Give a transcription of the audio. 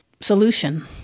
solution